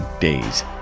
days